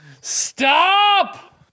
Stop